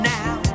now